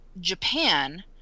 Japan